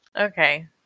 Okay